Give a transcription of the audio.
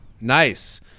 Nice